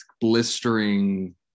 blistering